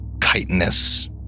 chitinous